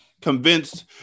convinced